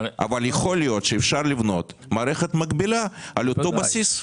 אבל יכול להיות שאפשר לבנות מערכת מקבילה על אותו בסיס.